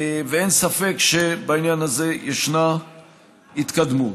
ואין ספק שבעניין הזה ישנה התקדמות.